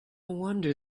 wonder